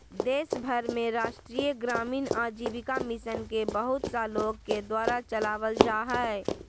देश भर में राष्ट्रीय ग्रामीण आजीविका मिशन के बहुत सा लोग के द्वारा चलावल जा हइ